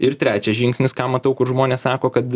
ir trečias žingsnis ką matau kur žmonės sako kad